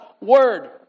word